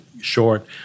short—